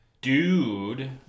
Dude